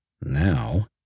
now